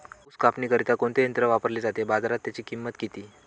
ऊस कापणीकरिता कोणते यंत्र वापरले जाते? बाजारात त्याची किंमत किती?